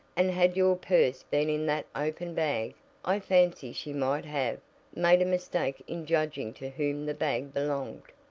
and had your purse been in that open bag i fancy she might have made a mistake in judging to whom the bag belonged.